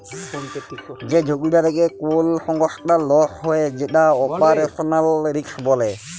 যে ঝুঁকিটা থেক্যে কোল সংস্থার লস হ্যয়ে যেটা অপারেশনাল রিস্ক বলে